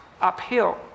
uphill